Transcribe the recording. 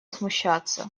смущаться